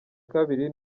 kabiri